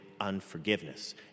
unforgiveness